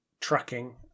tracking